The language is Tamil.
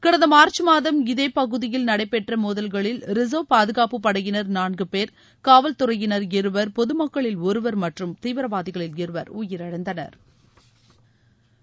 கடந்த மார்ச் மாதம் இதே பகுதியில் நடைபெற்ற மோதல்களில் ரிச்வ் பாதுகாப்புப் படையினர் நான்கு போ காவல்துறையினா் இருவா் பொதுமக்களில் ஒருவா் மற்றும் தீவிரவாதிகளில் இருவா் உயிரிழந்தனா்